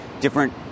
different